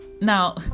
Now